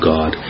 God